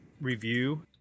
review